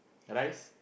rice